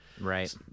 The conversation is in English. Right